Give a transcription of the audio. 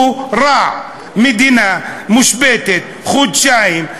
הוא רע: המדינה מושבתת חודשיים,